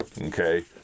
okay